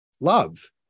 Love